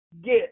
get